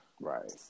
Right